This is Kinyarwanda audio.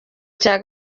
cya